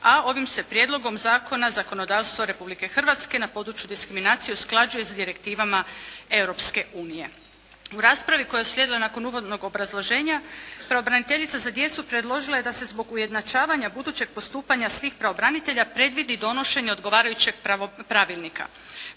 a ovim se prijedlogom zakona zakonodavstvo Republike Hrvatske na području diskriminacije usklađuje s direktivama Europske unije. U raspravi koja je uslijedila nakon uvodnog obrazloženja pravobraniteljica za djecu predložila je da se zbog ujednačavanja budućeg postupanja svih pravobranitelja predvidi donošenje odgovarajućeg pravilnika.